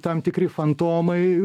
tam tikri fantomai